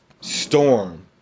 Storm